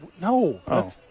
no